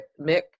Mick